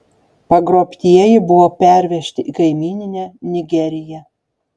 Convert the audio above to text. pagrobtieji buvo pervežti į kaimyninę nigeriją